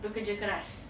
bekerja keras